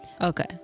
Okay